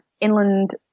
inland